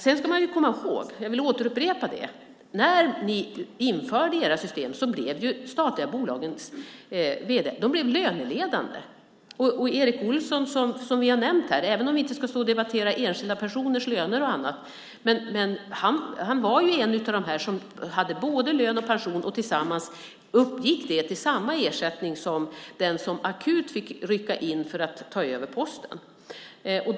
Man ska också komma ihåg att när ni införde era system blev de statliga bolagens vd:ar löneledande. Vi har nämnt Erik Olsson här. Även om vi inte ska stå och debattera enskilda personers löner och annat kan jag säga att han var en av dem som hade både lön och pension. Tillsammans uppgick det till samma ersättning som den fick som akut fick rycka in för att ta över Posten.